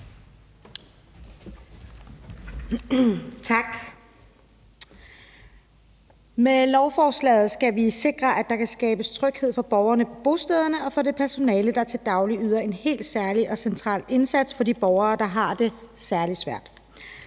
Tak. Med lovforslaget skal vi sikre, at der kan skabes tryghed for borgerne på bostederne og for det personale, der til daglig yder en helt særlig og central indsats for de borgere, der har det særlig svært.